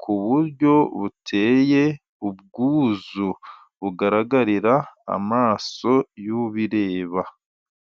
ku buryo buteye ubwuzu bugaragarira amaso y'ubireba.